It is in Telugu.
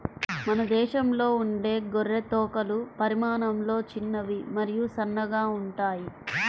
మన దేశంలో ఉండే గొర్రె తోకలు పరిమాణంలో చిన్నవి మరియు సన్నగా ఉంటాయి